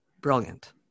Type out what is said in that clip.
Brilliant